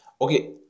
okay